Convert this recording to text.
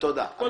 אנחנו